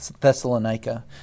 Thessalonica